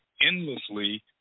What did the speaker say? endlessly